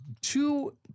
two